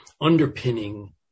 underpinning